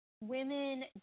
women